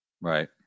Right